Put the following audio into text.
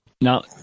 now